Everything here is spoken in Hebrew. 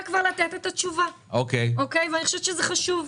לתת את התשובה ואני חושבת שזה חשוב.